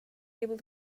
able